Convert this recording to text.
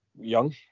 young